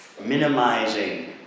minimizing